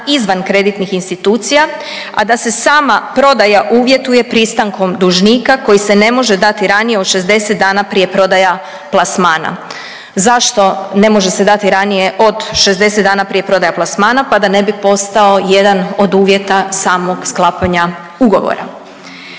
izvan kreditnih institucija, a da se sama prodaja uvjetuje pristankom dužnika koji se ne može dati ranije od 60 dana prije prodaja plasmana. Zašto ne može se dati ranije od 60 dana prije prodaja plasmana? Pa da ne bi postao jedan od uvjeta samog sklapanja ugovora.